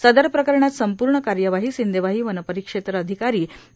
सदर प्रकरणात संपूर्ण कार्यवाही सिंदेवाही वनपरिक्षेत्र अधिकारी ए